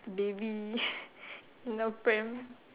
baby you know pram